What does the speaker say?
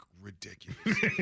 ridiculous